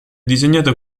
disegnata